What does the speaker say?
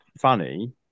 funny